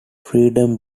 freedom